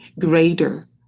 greater